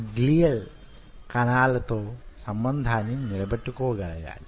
గ్లియర్ కణాలతో సంబంధాన్ని నిలబెట్టుకో గలగాలి